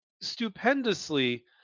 stupendously